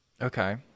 okay